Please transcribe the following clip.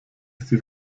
sie